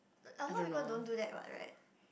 a lot of people don't do that what right